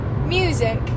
music